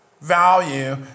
value